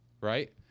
Right